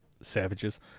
savages